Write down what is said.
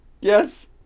Yes